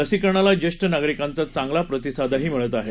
लसीकरणाला ज्येष्ठ नागरिकांचा चांगला प्रतिसादही मिळत आहे